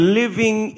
living